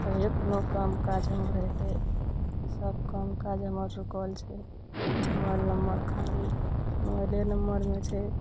तभिये कोनो काम काज हमर हेतै सब काम काज हमर रुकल छै मोबाइल नम्बर खातिर मोबाइले नम्बरमे छै